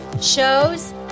shows